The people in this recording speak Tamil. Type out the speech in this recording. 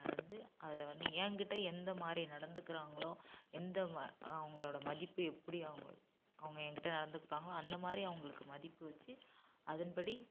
நடந்து அதில் வந்து எங்கிட்ட எந்தமாதிரி நடந்துக்குறாங்களோ எந்த அவங்களோட மதிப்பு எப்படி அவங்க அவங்க எங்கிட்ட நடந்துக்கிட்டாங்களோ அந்தமாதிரி அவங்களுக்கு மதிப்பு வச்சு அதன் படி